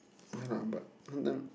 yeah lah but sometime